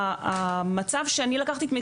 המצב שאני לקחתי,